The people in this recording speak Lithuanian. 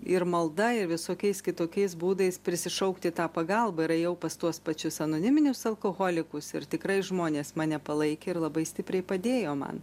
ir malda ir visokiais kitokiais būdais prisišaukti tą pagalbą ir ėjau pas tuos pačius anoniminius alkoholikus ir tikrai žmonės mane palaikė ir labai stipriai padėjo man